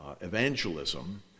evangelism